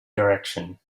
direction